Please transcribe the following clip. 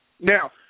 Now